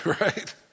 right